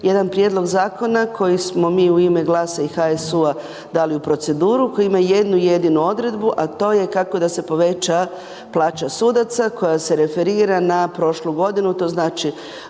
jedan prijedlog zakona koji smo mi u ime GLAS-a i HSU-a dali u proceduru, koji ima jednu jedinu odredbu, a to je kako da se poveća plaća sudaca koja se referira na prošlu godinu,